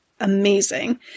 Amazing